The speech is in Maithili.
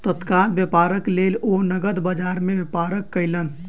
तत्काल व्यापारक लेल ओ नकद बजार में व्यापार कयलैन